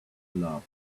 love